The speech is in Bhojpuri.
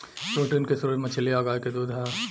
प्रोटीन के स्त्रोत मछली आ गाय के दूध ह